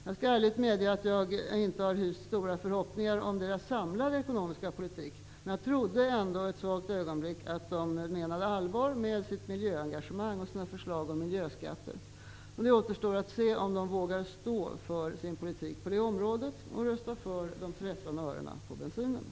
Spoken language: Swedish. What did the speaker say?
Jag skall ärligt medge att jag inte har hyst stora förhoppningar om dess samlade ekonomiska politik, men jag trodde ändå i ett svagt ögonblick att man menade allvar med sitt miljöengagemang och sina förslag om miljöskatter. Det återstår att se om Vänsterpartiet vågar stå för sin politik på det området och rösta för de 13 örena på bensinen.